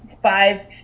five